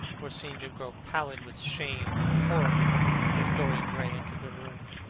were seen to grow pallid with shame or horror if dorian gray entered the room.